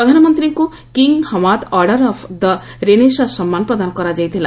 ପ୍ରଧାନମନ୍ତ୍ରୀଙ୍କୁ 'King Hamad Order of the Renaissance' ସମ୍ମାନ ପ୍ରଦାନ କରାଯାଇଥିଲା